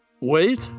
Wait